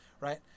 right